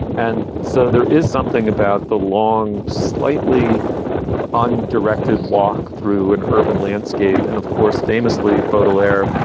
and so there is something about the long, slightly undirected walk through an urban landscape. and of course, famously total air,